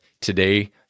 Today